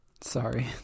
Sorry